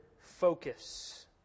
focus